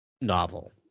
novel